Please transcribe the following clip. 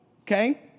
okay